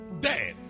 dead